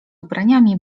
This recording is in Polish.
ubraniami